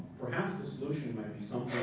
perhaps, the solution might be so